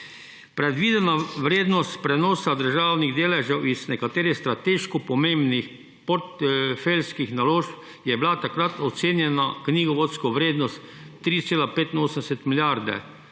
Predvidena vrednost prenosa državnih deležev iz nekaterih strateško pomembnih portfeljskih naložb je bila takrat ocenjena na knjigovodsko vrednost 3,85 milijarde